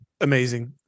amazing